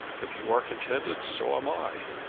if you are contented, so am i.